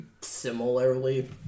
similarly